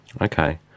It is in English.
Okay